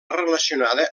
relacionada